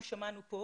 אנחנו שמענו פה